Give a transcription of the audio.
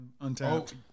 untapped